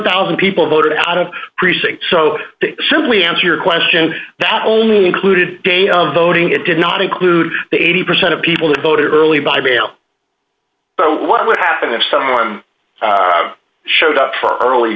thousand people voted out of precincts so simply answer your question that only included voting it did not include the eighty percent of people who voted early by mail what would happen if someone showed up for early